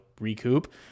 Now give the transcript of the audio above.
recoup